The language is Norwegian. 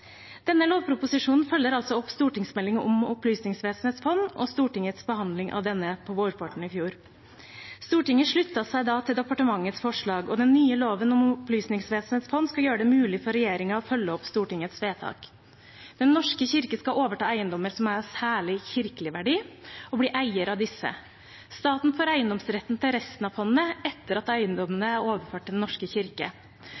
Denne lovproposisjonen følger altså opp stortingsmeldingen om Opplysningsvesenets fond og Stortingets behandling av denne på vårparten i fjor. Stortinget sluttet seg da til departementets forslag. Den nye loven om Opplysningsvesenets fond skal gjøre det mulig for regjeringen å følge opp Stortingets vedtak. Den norske kirke skal overta eiendommer som er av særlig kirkelig verdi og bli eier av disse. Staten får eiendomsretten til resten av fondet etter at